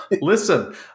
listen